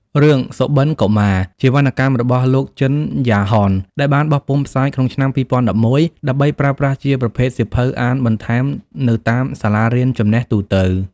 រឿងសុបិន្តកុមារ ជាវណ្ណកម្មរបស់លោក ជិន យ៉ាហន ដែលបានបោះពុម្ភផ្សាយក្នុងឆ្នាំ២០១១ ដើម្បីប្រើប្រាស់ជាប្រភេទសៀវភៅអានបន្ថែមនៅតាមសាលារៀនចំណេះទូទៅ។